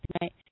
tonight